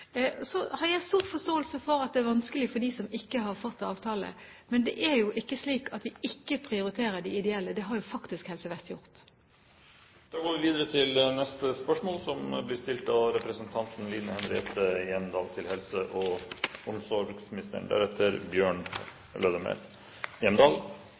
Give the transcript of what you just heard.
Jeg har stor forståelse for at det er vanskelig for dem som ikke har fått avtale, men det er jo ikke slik at vi ikke prioriterer de ideelle. Det har faktisk Helse Vest gjort. «I anbudskonkurranser i de regionale helseforetakene stilles institusjonene overfor kriterier eller vilkår som